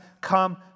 come